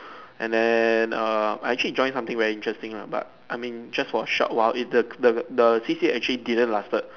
and then err I actually joined something very interesting lah but I mean just for a short while it the the the C_C_A actually didn't lasted